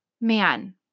man